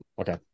okay